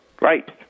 Right